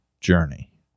journey